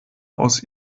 aus